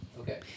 Okay